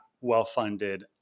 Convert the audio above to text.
well-funded